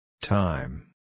Time